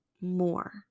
more